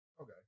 Okay